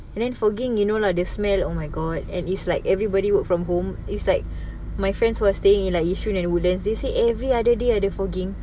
and then fogging you know lah the smell oh my god and it's like everybody work from home it's like my friends who are staying in yishun and woodlands they say every other day ada fogging